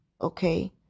Okay